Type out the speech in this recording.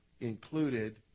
included